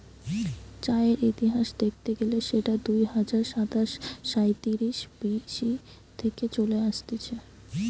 চায়ের ইতিহাস দেখতে গেলে সেটা দুই হাজার সাতশ সাইতিরিশ বি.সি থেকে চলে আসতিছে